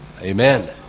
Amen